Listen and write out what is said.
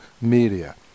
media